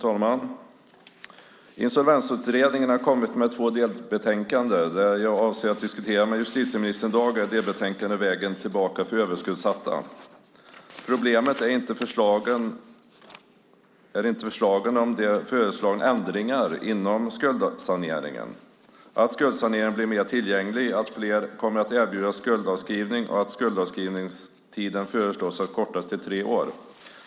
Fru talman! Insolvensutredningen har lagt fram två delbetänkanden, och det betänkande jag avser att diskutera med justitieministern i dag är delbetänkandet Vägen tillbaka för överskuldsatta . Problemet är inte de föreslagna ändringarna inom skuldsanering, det vill säga att skuldsanering blir mer tillgänglig, att fler kommer att erbjudas skuldavskrivning och att skuldavskrivningstiden föreslås kortas till tre år.